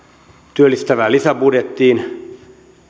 työllistävään lisäbudjettiin